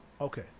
Okay